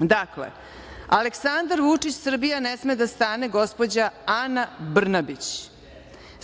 Dakle - Aleksandar Vučić, Srbija ne sme da stane, gospođa Ana Brnabić,